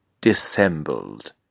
dissembled